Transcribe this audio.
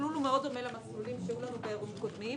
המסלול דומה למסלולים שהיו לנו באירועים קודמים.